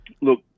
Look